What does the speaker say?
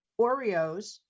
Oreos